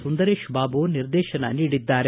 ಸುಂದರೇಶ ಬಾಬು ನಿರ್ದೇಶನ ನೀಡಿದ್ದಾರೆ